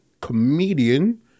comedian